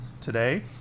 today